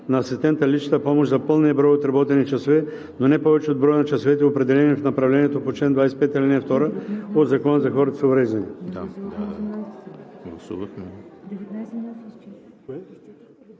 на асистента личната помощ за пълния брой отработени часове, но не-повече от броя на часовете, определени в направлението по чл. 25, ал. 2 от Закона за хората с увреждания.“